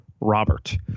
Robert